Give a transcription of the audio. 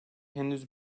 henüz